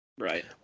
Right